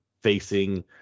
facing